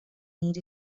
need